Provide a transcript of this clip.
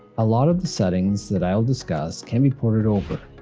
a lot of the settings that i will discuss can be ported over.